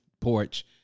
porch